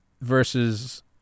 Versus